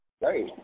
Right